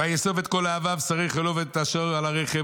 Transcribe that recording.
"ויאסוף את כל אוהביו שרי חילו ואת אשר על הרכב